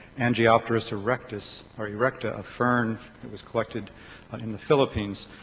angiopteris erectus or erecta. a fern it was collected in the philippines.